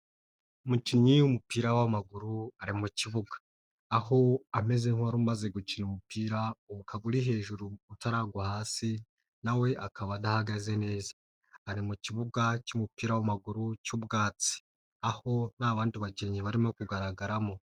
Umukinnyi w'umupira w'amaguru ari mu kibuga. Aho ameze nk'uwari umaze gukina umupira, ukaba uri hejuru, utaragwa hasi na we akaba adahagaze neza. Ari mu kibuga cy'umupira w'amaguru cy'ubwatsi. Aho nta bandi bakinnyi barimo kugaragaramo.